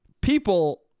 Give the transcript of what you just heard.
people